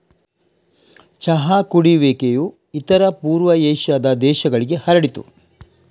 ಚಹಾ ಕುಡಿಯುವಿಕೆಯು ಇತರ ಪೂರ್ವ ಏಷ್ಯಾದ ದೇಶಗಳಿಗೆ ಹರಡಿತು